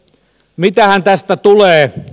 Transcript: mitähän tästä tulee